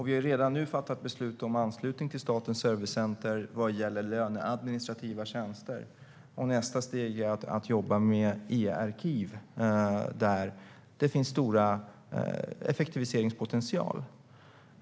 Vi har redan fattat beslut om anslutning till Statens servicecenter vad gäller löneadministrativa tjänster. Nästa steg blir att jobba med e-arkiv, där det finns en stor effektiviseringspotential.